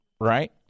right